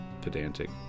pedantic